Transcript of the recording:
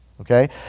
Okay